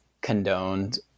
condoned